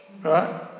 right